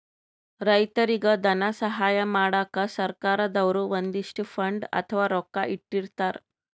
ರೈತರಿಗ್ ಧನ ಸಹಾಯ ಮಾಡಕ್ಕ್ ಸರ್ಕಾರ್ ದವ್ರು ಒಂದಿಷ್ಟ್ ಫಂಡ್ ಅಥವಾ ರೊಕ್ಕಾ ಇಟ್ಟಿರ್ತರ್